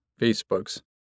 Facebooks